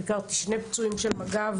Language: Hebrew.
ביקרתי שני פצועים של מג"ב.